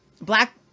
black